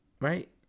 right